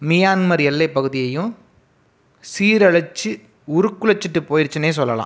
Myanmar எல்லைப்பகுதியையும் சீரழச்சு உருக்குலைச்சிட்டு போயிருச்சுன்னே சொல்லலாம்